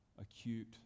acute